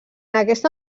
aquesta